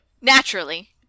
naturally